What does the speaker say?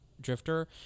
Drifter